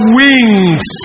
wings